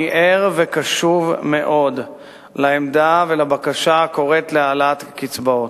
אני ער וקשוב מאוד לעמדה ולבקשה הקוראת להעלאת הקצבאות.